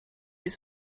des